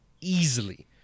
easily